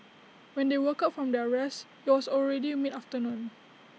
when they woke up from their rest IT was already mid afternoon